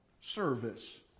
service